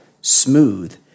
Smooth